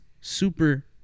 super